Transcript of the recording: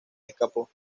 escapó